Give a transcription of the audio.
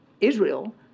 Israel